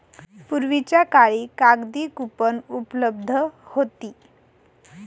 पूर्वीच्या काळी कागदी कूपन उपलब्ध होती